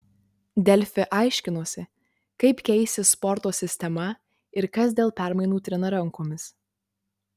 delfi aiškinosi kaip keisis sporto sistema ir kas dėl permainų trina rankomis